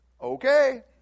okay